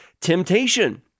temptation